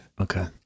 okay